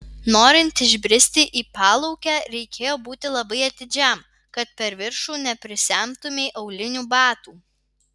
norint išbristi į palaukę reikėjo būti labai atidžiam kad per viršų neprisemtumei aulinių batų